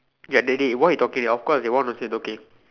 ya that day what you talking of course they want to said okay